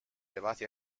elevati